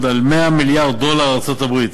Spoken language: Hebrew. על 100 מיליארד דולר של ארצות-הברית,